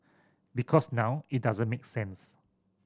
because now it doesn't make sense